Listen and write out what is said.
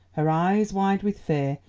her eyes wide with fear,